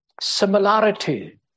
similarity